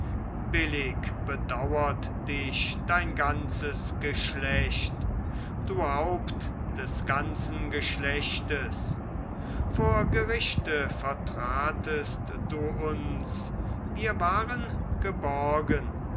billig bedauert dich dein ganzes geschlecht du haupt des ganzen geschlechtes vor gericht vertratest du uns wir waren geborgen